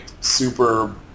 super